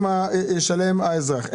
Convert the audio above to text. האזרח ישלם.